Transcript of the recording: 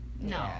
no